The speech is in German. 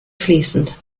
fließend